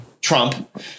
Trump